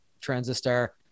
transistor